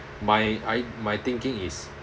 my I my thinking is